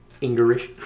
English